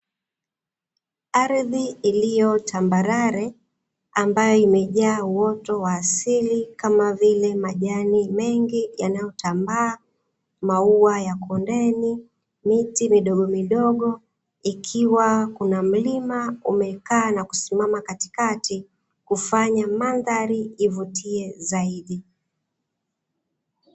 Ardhi iliyo tambarare, ambayo imejaa uoto wa asili kama vile majani mengi yanayotambaa, maua ya kondeni, miti midogomidogo, ikiwa kuna mlima umekaa na kusimama katikati, kufanya mandhari ivutie zaidi.